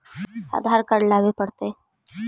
आधार card लाबे पड़तै?